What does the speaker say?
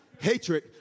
Hatred